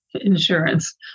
insurance